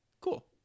Cool